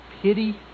pity